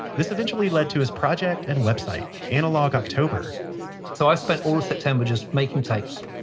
this eventually led to his project and website, analogue october so i spend all of september just making tapes.